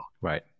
Right